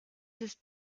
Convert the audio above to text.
ist